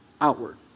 outward